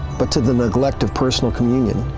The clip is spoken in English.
but to the neglect of personal communion.